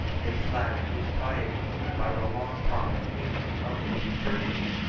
they flattered his piety by the long-promised union of the two churches,